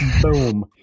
boom